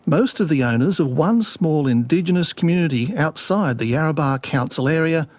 most of the owners of one small indigenous community outside the yarrabah council area,